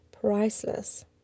priceless